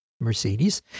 Mercedes